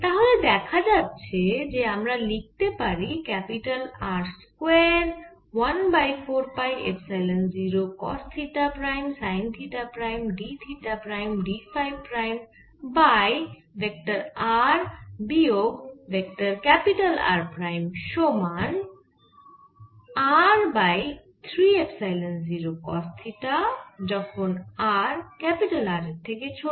তাহলে দেখা যাচ্ছে আমরা লিখতে পারি R square one by 4 pi epsilon 0 cos theta prime sine theta prime d theta prime d phi prime by vector r বিয়োগ ভেক্টর R প্রাইম সমান r by 3 epsilon 0 cos theta যখন r capital R এর থেকে ছোট